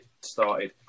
started